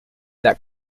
that